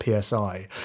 PSI